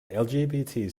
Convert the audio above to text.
lgbt